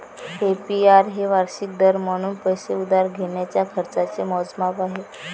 APR हे वार्षिक दर म्हणून पैसे उधार घेण्याच्या खर्चाचे मोजमाप आहे